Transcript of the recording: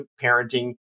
parenting